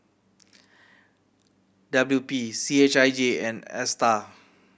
W P C H I J and Astar